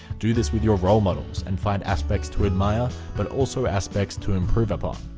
do this with your role models and find aspects to admire but also aspects to improve upon.